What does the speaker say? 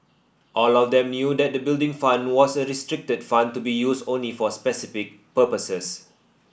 all of them knew that the Building Fund was a restricted fund to be used only for specific purposes